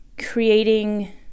creating